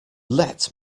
let